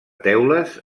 teules